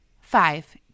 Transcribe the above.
Five